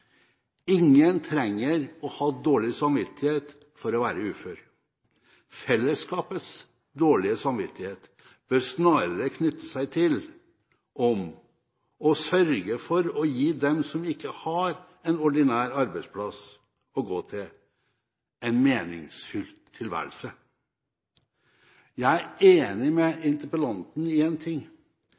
Ingen trenger å ha dårlig samvittighet for å være ufør. Fellesskapets dårlige samvittighet bør snarere knytte seg til om man sørger for å gi dem som ikke har en ordinær arbeidsplass å gå til, en meningsfylt tilværelse. Jeg er enig med interpellanten i en ting: